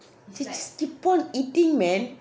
keep on eating man